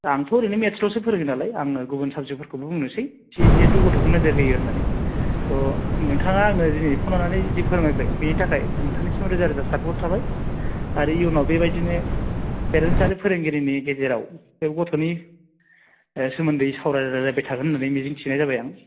आंथ' ओरैनो मेथ्सल'सो फोरोङो नालाय आङो गुबुन साबजेक्टफोरखौबो बुंनोसै एसे जेहेथु गथ'खौ नोजोर होयो होननानै थ' नोंथाङा आंनो दिनै फन हरनानै दि फोरमायबाय बेनि थाखाय नोंथांनिसिम रोजा रोजा साबायखर थाबाय आरो इयुनाव बेबायदिनो पेरेटन्स आरो फोरोंगिरिनि गेजेराव बे गथ'नि सोमोन्दै सावरायलायबाय थागोन होननानै मिजिंथिनाय जाबाय आं